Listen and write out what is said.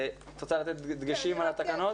את רוצה לתת דגשים על התקנות?